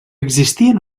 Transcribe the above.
existien